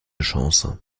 chance